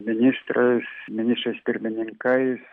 ministrais ministrais pirmininkais